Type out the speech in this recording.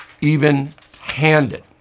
even-handed